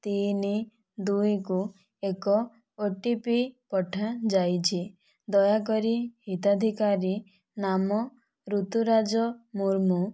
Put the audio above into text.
ତିନି ଦୁଇକୁ ଏକ ଓ ଟି ପି ପଠାଯାଇଛି ଦୟାକରି ହିତାଧିକାରୀ ନାମ ଋତୁରାଜ ମୁର୍ମୁ